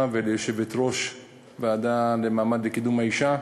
וליושבת-ראש הוועדה לקידום מעמד האישה,